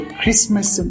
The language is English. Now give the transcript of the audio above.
Christmas